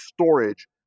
storage